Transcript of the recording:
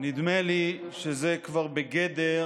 נדמה לי שזה כבר בגדר